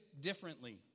differently